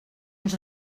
els